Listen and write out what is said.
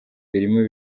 irimo